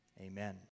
Amen